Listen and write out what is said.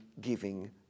giving